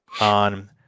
on